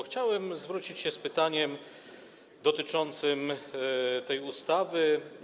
Chciałbym zwrócić się z pytaniem dotyczącym tej ustawy.